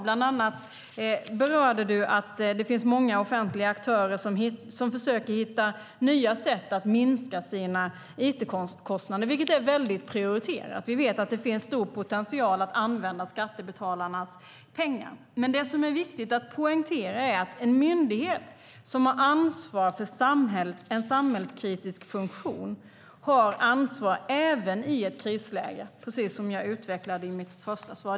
Bland annat berörde du att det finns många offentliga aktörer som försöker hitta nya sätt att minska sina it-kostnader, vilket är prioriterat. Vi vet att det finns stor potential att använda skattebetalarnas pengar. Men det som är viktigt att poängtera är att en myndighet som har ansvar för en samhällskritisk funktion har detta ansvar även i ett krisläge, precis som jag utvecklade i mitt första svar.